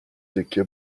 تکه